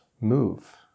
move